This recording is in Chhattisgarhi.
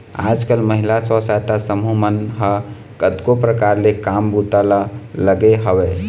आजकल महिला स्व सहायता समूह मन ह कतको परकार ले काम बूता म लगे हवय